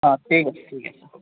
অঁ ঠিক আছে ঠিক আছে